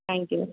thank you